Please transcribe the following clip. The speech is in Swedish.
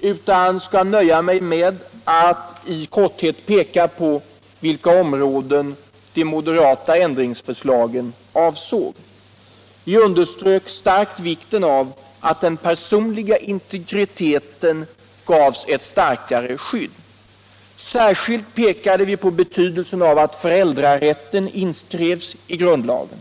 utan skall nöja mig med att i korthet peka på de områden som de moderata ändringsförslagen avsåg. Vi underströk starkt vikten av att den personliga integriteten gavs ett starkare skydd. Särskilt pekade vi på betydelsen av att föräldrarätten inskrevs i grundlagen.